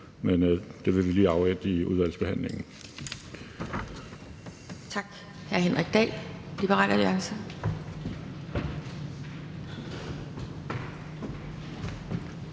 Men det vil vi lige afvente i udvalgsbehandlingen.